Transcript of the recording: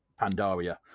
Pandaria